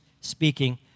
speaking